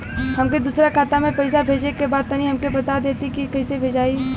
हमके दूसरा खाता में पैसा भेजे के बा तनि हमके बता देती की कइसे भेजाई?